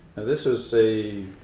and this is a